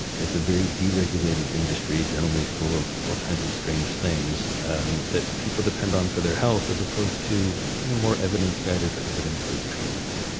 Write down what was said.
it's a very deregulated industry, generally full of all kinds of strange things um that people depend on for their health as opposed to you know more evidence-guided or evidence-based treatments,